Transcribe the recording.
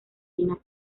fina